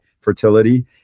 Fertility